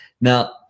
Now